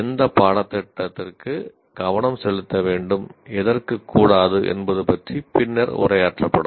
எந்த பாடத்திட்டத்திற்கு கவனம் செலுத்த வேண்டும் எதற்கு கூடாது என்பது பற்றி பின்னர் உரையாற்றப்படும்